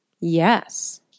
Yes